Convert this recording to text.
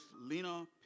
Lena